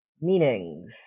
meanings